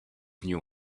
knew